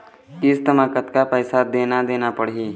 किस्त म कतका पैसा देना देना पड़ही?